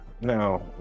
Now